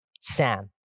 Sam